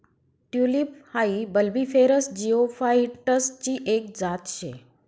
tulip हाई bulbiferous जिओफाइटसची एक जात शे